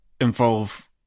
involve